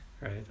right